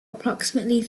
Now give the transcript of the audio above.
approximately